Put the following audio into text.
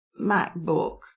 MacBook